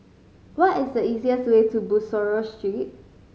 what is the easiest way to Bussorah Street